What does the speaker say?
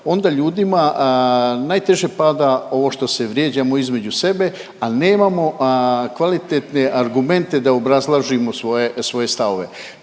onda ljudima najteže pada ovo što se vrijeđamo između sebe, ali nemamo kvalitetne argumente da obrazlažimo svoje stavove,